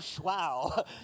wow